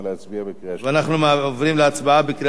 אנחנו עוברים להצבעה בקריאה שלישית, בבקשה.